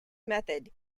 method